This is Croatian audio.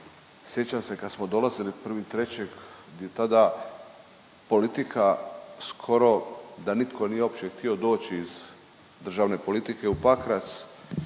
Sjećam se kad smo dolazili 1.3. gdje tada politika skoro da nitko nije uopće htio doći iz državne politike u Pakrac